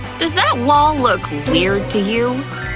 does that wall look weird to you?